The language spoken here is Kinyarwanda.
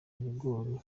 ibigori